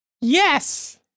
Yes